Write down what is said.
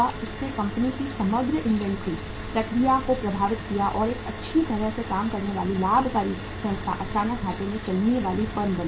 इसने कंपनी की समग्र इन्वेंट्री प्रक्रिया को प्रभावित किया और एक अच्छी तरह से काम करने वाली लाभकारी संस्था अचानक घाटे में चलने वाली फर्म बन गई